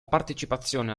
partecipazione